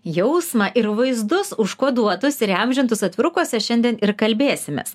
jausmą ir vaizdus užkoduotus ir įamžintus atvirukuose šiandien ir kalbėsimės